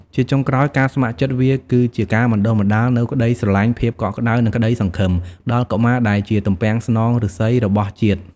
ជាចុងក្រោយការស្ម័គ្រចិត្តវាគឺជាការបណ្ដុះបណ្ដាលនូវក្ដីស្រឡាញ់ ភាពកក់ក្ដៅ និងក្ដីសង្ឃឹម ដល់កុមារដែលជាទំពាំងស្នងឫស្សីរបស់ជាតិ។